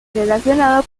relacionado